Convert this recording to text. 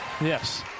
Yes